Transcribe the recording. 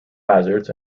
hazards